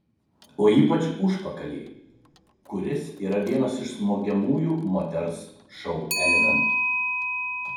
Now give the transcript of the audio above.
o ypač užpakalį kuris yra vienas iš smogiamųjų moters šou elementų